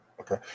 okay